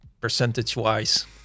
percentage-wise